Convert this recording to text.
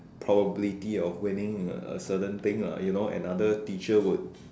probability of winning a a certain thing lah you know another teacher would